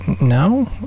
No